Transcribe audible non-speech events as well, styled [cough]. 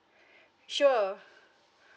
sure [breath]